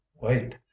wait